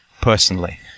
personally